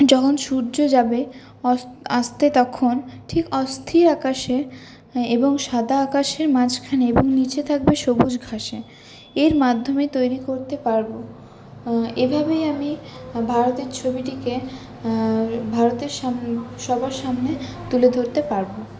যখন সূর্য যাবে অস আস্তে তখন ঠিক অস্থির আকাশে এবং সাদা আকাশের মাঝখানে এবং নিচে থাকবে সবুজ ঘাসে এর মাধ্যমে তৈরি করতে পারবো এভাবেই আমি ভারতের ছবিটিকে ভারতের সাম সবার সামনে তুলে ধরতে পারবো